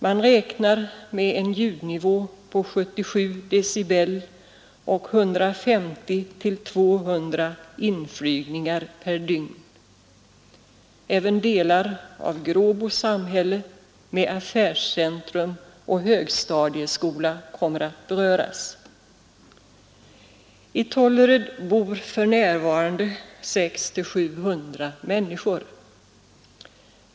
Man räknar med en ljudnivå på 77 decibel och 150—200 inflygningar per dygn. Även delar av Gråbo samhälle med affärscentrum och högstadieskola kommer att beröras. I Tollered bor f. n. 600-700 människor.